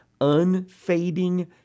unfading